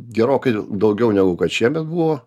gerokai daugiau negu kad šiemet buvo